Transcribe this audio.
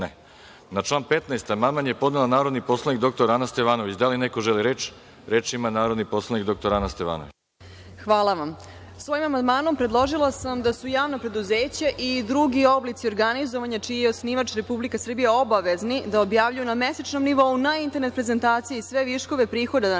član 15. amandman je podnela narodni poslanik dr Ana Stevanović. Da li neko želi reč? (Da)Reč ima narodni poslanik dr Ana Stevanović. **Ana Stevanović** Hvala vam. Svojim amandmanom predložila sam da su javna preduzeća i drugi oblici organizovanja čiji je osnivač Republika Srbija obavezni da objavljuju, na mesečnom nivo, na internet prezentaciji sve viškove prihoda nad rashodima